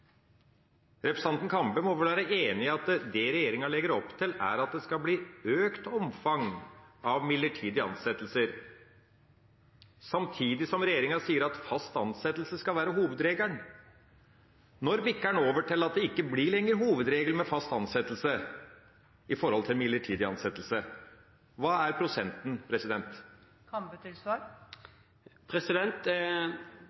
Representanten Kambe må vel være enig i at det regjeringa legger opp til, er at det vil bli et økt omfang av midlertidige ansettelser, samtidig som regjeringa sier at fast ansettelse skal være hovedregelen. Når bikker det over til at fast ansettelse ikke lenger er hovedregelen i forhold til midlertidig ansettelse? Hva er prosenten?